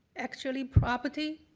actually property